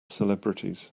celebrities